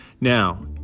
Now